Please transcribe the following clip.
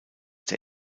der